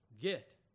get